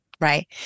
right